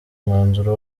umwanzuro